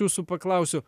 jūsų paklausiu